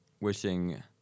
wishing